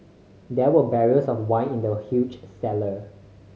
there were barrels of wine in the huge cellar